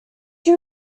you